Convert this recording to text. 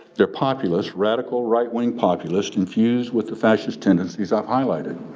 they're populist, radical right-wing populist infused with the fascist tendencies i've highlighted.